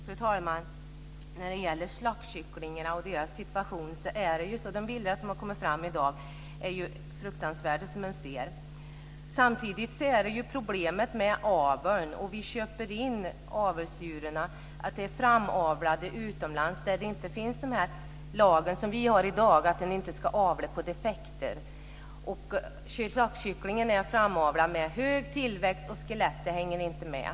Fru talman! De bilder som vi har sett av slaktkycklingarnas situation är ju fruktansvärda. Samtidigt finns det problem med aveln. Vi köper in avelsdjur som är framavlade utomlands där man inte har den lag som vi har i dag om att man inte ska avla på defekter. Slaktkycklingen är framavlad med hög tillväxt. Skelettet hänger inte med.